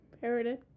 parodied